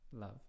love